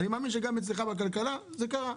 אני מאמין שגם בוועדת הכלכלה זה קרה.